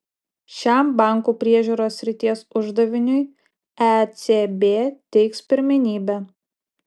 šiam bankų priežiūros srities uždaviniui ecb teiks pirmenybę